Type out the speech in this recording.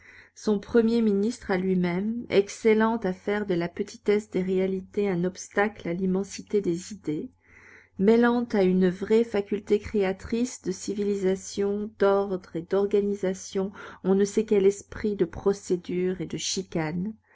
son premier ministre à lui-même excellent à faire de la petitesse des réalités un obstacle à l'immensité des idées mêlant à une vraie faculté créatrice de civilisation d'ordre et d'organisation on ne sait quel esprit de procédure et de chicane